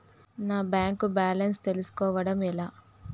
నా bank balance తెలుస్కోవడం ఎలా?